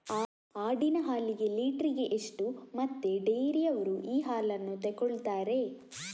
ಆಡಿನ ಹಾಲಿಗೆ ಲೀಟ್ರಿಗೆ ಎಷ್ಟು ಮತ್ತೆ ಡೈರಿಯವ್ರರು ಈ ಹಾಲನ್ನ ತೆಕೊಳ್ತಾರೆ?